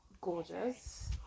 gorgeous